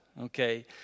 Okay